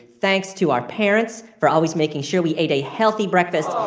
thanks to our parents for always making sure we ate a healthy breakfast.